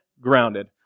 grounded